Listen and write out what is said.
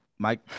Mike